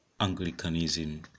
Anglicanism